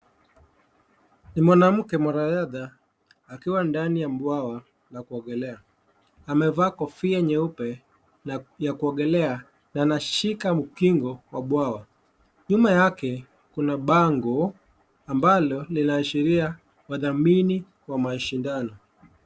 Ni mwanamke mwanariadha akiwa ndani ya bwawa la kuogelea. Amevaa kofia nyeupe ya kuogelea na anashika mkingo wa bwawa. Nyuma yake kuna bango ambalo linaashiria wadhamini wa mashindano.